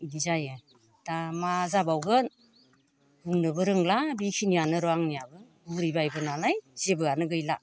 इदि जायो दा मा जाबावगोन बुंनोबो रोंला बिखिनायनो र' आंनियाबो बुरिबायबो नालाय जेबो गैला